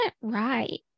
right